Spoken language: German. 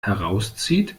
herauszieht